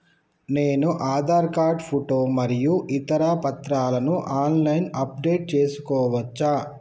నేను Aadhaar card photo మరియు ఇతర పత్రాలను ఆన్ లైన్ అప్ డెట్ చేసుకోవచ్చా?